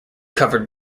covered